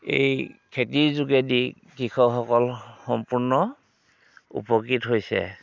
এই খেতিৰ যোগেদি কৃষকসকল সম্পূৰ্ণ উপকৃত হৈছে